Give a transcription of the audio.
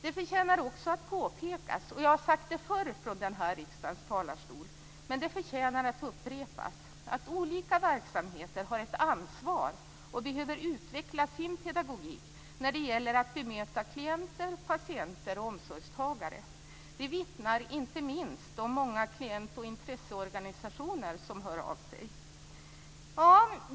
Det förtjänar också att påpekas - jag har sagt det förr från denna riksdags talarstol, men det förtjänar att upprepas - att olika verksamheter har ett ansvar och behöver utveckla sin pedagogik när det gäller att bemöta klienter, patienter och omsorgstagare. Det vittnar inte minst de många klient och intresseorganisationer som hör av sig om.